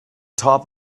top